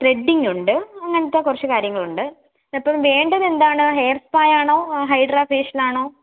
threading ഉണ്ട് അങ്ങനെയുള്ള കുറച്ച് കാര്യങ്ങൾ ഉണ്ട് അപ്പം വേണ്ടത് എന്താണ് ഹെയർ സ്പാ ആണോ ഹൈഡ്രാ ഫേഷ്യലാണോ